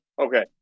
Okay